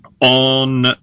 on